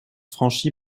franchi